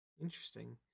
Interesting